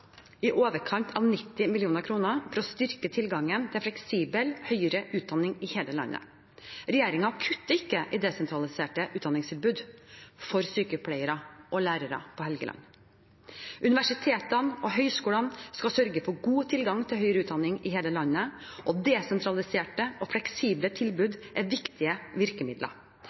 i overkant av 90 mill. kr for å styrke tilgangen til fleksibel høyere utdanning i hele landet. Regjeringen kutter ikke i desentraliserte utdanningstilbud for sykepleiere og lærere på Helgeland. Universitetene og høyskolene skal sørge for god tilgang til høyere utdanning i hele landet, og desentraliserte og fleksible tilbud er viktige virkemidler.